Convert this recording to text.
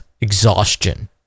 exhaustion